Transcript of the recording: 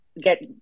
get